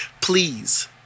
Please